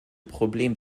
problem